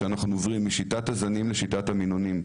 על כך שעוברים משיטת הזנים לשיטת המינונים.